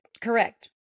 Correct